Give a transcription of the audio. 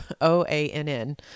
O-A-N-N